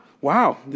wow